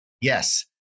Yes